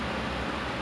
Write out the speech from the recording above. he